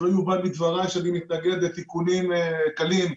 שלא יובן מדבריי שאני מתנגד לתיקונים קלים.